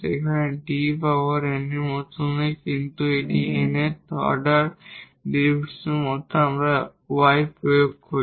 এখানে এটি D power n এর মত নয় কিন্তু এটি nth অর্ডার ডেরিভেটিভের মত আমরা y প্রয়োগ করি